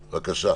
בבקשה.